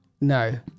No